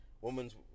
woman's